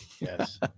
yes